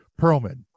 perlman